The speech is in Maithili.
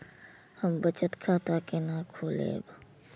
हम बचत खाता केना खोलैब?